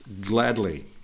gladly